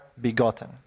begotten